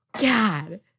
God